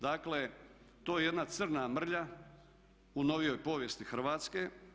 Dakle, to je jedna crna mrlja u novijoj povijesti Hrvatske.